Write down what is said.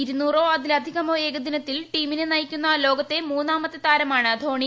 ഇരുന്നൂറോ അതിലധികമോ ഏകദിനത്തിൽ ടീമിനെ നയിക്കുന്ന ലോകത്തെ മൂന്നാമത്തെ താരമാണ് ധോണി